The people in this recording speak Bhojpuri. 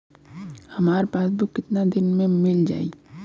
हमार पासबुक कितना दिन में मील जाई?